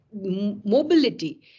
mobility